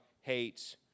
hates